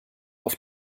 auf